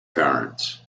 currents